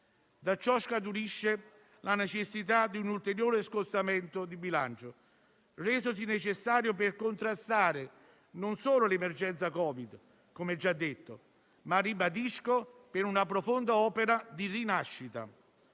Da ciò scaturisce la necessità di un ulteriore scostamento di bilancio, resosi necessario per contrastare non solo l'emergenza Covid, come già detto, ma - ribadisco - per una profonda opera di rinascita